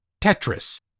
Tetris